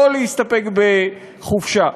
לא להסתפק בחופשה.